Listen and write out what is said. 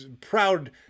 proud